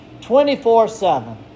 24-7